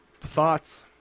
thoughts